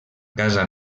casa